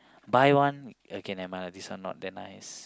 buy one okay nevermind lah this one not that nice